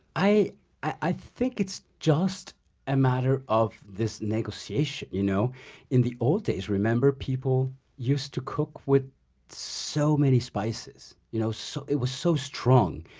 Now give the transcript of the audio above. i i think it's just a matter of this negotiation. you know in the old days, remember people used to cook with so many spices. you know so it was so strong,